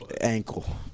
Ankle